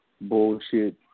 bullshit